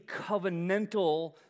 covenantal